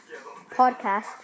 podcast